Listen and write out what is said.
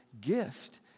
gift